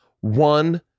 one